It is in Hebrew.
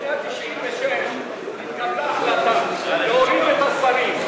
בשנת 1996 התקבלה החלטה להוריד את השרים,